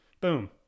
Boom